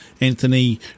Anthony